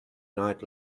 night